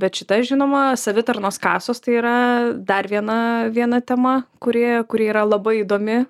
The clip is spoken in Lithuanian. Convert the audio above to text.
bet šita žinoma savitarnos kasos tai yra dar viena viena tema kuri kuri yra labai įdomi